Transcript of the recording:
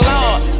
Lord